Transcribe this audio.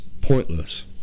pointless